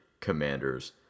commanders